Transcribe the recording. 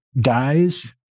dies